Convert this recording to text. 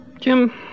jim